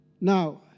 Now